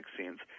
vaccines